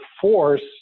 force